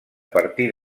partir